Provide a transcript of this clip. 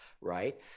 right